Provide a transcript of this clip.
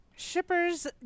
shippers